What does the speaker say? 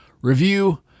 review